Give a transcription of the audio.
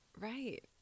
Right